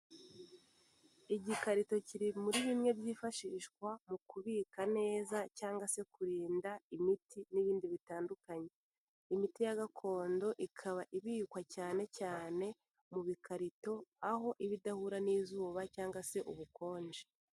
Igikarito kiri muri bimwe byifashishwa mu kubika neza cyangwa se kurinda imiti n'ibindi bitandukanye, imiti ya gakondo ikaba ibikwa cyane cyane mu bikarito aho iba idahura n'izuba cyangwa se ubukonje.